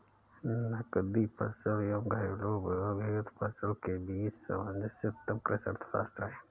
नकदी फसल एवं घरेलू उपभोग हेतु फसल के बीच सामंजस्य उत्तम कृषि अर्थशास्त्र है